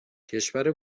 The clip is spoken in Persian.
کشور